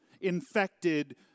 infected